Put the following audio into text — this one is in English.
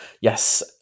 yes